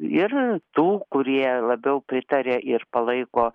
ir tų kurie labiau pritaria ir palaiko